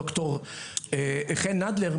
ד"ר חן אדלר,